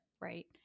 Right